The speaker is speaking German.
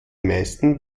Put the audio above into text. meisten